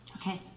Okay